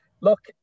Look